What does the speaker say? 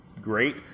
great